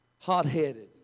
hot-headed